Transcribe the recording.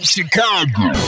Chicago